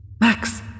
Max